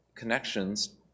Connections